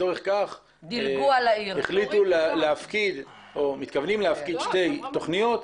לצורך כך מתכוונים להפקיד שתי תוכניות,